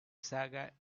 saga